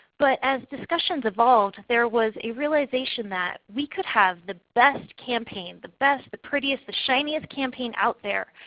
but as discussions evolved, there was a realization that we could have the best campaign, the best, the prettiest, the shiniest campaign out there,